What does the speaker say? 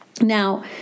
Now